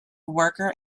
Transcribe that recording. worker